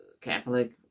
Catholic